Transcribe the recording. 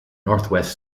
northwest